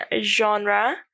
genre